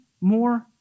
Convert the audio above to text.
more